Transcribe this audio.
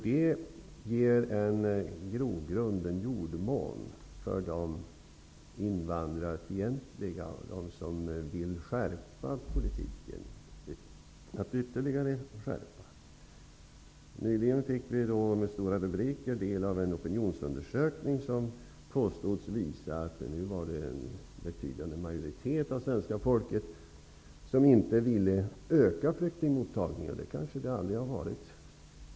Det ger en jordmån och grogrund för dem som är invandrarfientliga och för dem som ytterligare vill skärpa politiken. Nyligen fick vi i stora rubriker ta del av en opinionsundersökning som påstods visa att en betydande majoritet av det svenska folket nu inte ville öka flyktingmottagningen. Det kanske det aldrig har funnits en majoritet för.